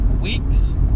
weeks